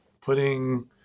putting